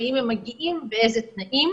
ואם הם מגיעים, באיזה תנאים?